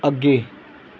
ਅੱਗੇ